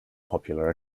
popular